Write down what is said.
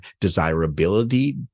desirability